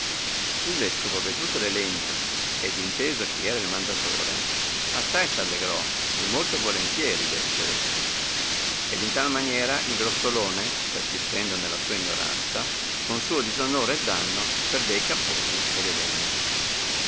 il vescovo vedute le legna ed inteso chi era il mandatore assai s allegrò e molto volontieri le ricevette ed in tal maniera il grossolone persistendo nella sua ignoranza con suo disonore e danno perde i capponi e le legna